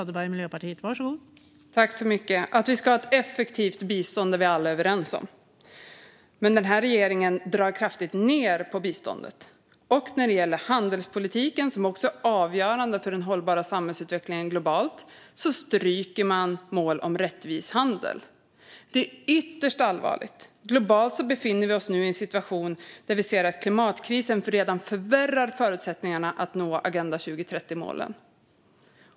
Fru talman! Att vi ska ha ett effektivt bistånd är vi alla överens om, men den här regeringen drar ned kraftigt på biståndet. När det gäller handelspolitiken, som också är avgörande för den hållbara samhällsutvecklingen globalt, stryker man mål om rättvis handel. Det är ytterst allvarligt. Globalt befinner vi oss nu i en situation där vi ser att klimatkrisen redan förvärrar våra förutsättningar att nå Agenda 2030-målen.